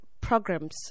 programs